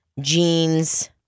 Jeans